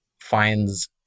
Finds